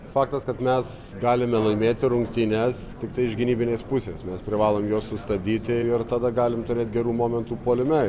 faktas kad mes galime laimėti rungtynes tiktai iš gynybinės pusės mes privalom juos sustabdyti ir tada galim turėt gerų momentų puolime